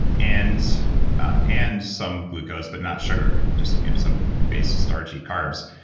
and and some glucose, but not sugar, just some base starchy carbs,